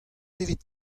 evit